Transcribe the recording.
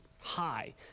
high